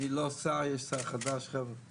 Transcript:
אני לא שר, יש שר חדש עכשיו.